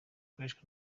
ikoreshwa